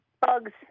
bugs